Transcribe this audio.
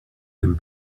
dem